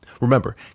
Remember